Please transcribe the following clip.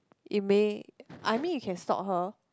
it may I mean you can stalk her